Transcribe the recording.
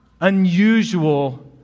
unusual